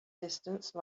distance